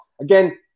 Again